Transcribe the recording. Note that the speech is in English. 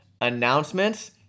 announcements